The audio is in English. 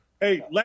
Hey